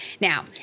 Now